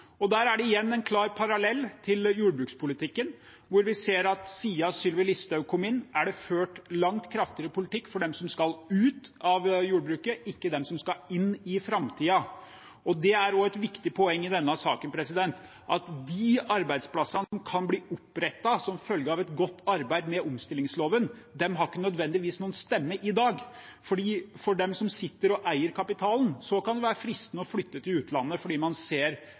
Der er det en klar parallell til jordbrukspolitikken, der vi ser at siden Sylvi Listhaug kom inn, er det ført en langt kraftigere politikk for dem som skal ut av jordbruket, enn for dem som skal inn i framtiden. Det er også et viktig poeng i denne saken at de arbeidsplassene som kan bli opprettet som følge av et godt arbeid med omstillingsloven, ikke nødvendigvis har noen stemme i dag, for for dem som eier kapitalen, kan det være fristende å flytte til utlandet fordi man ser